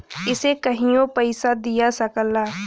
इसे कहियों पइसा दिया सकला